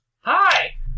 Hi